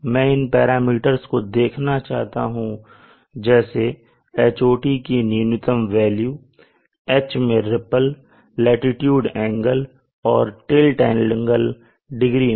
मैं इन पैरामीटर्स को देखना चाहता हूं जैसे Hot की न्यूनतम वेल्यू H मैं रीपल लाटीट्यूड एंगल और टिल्ट एंगल डिग्री में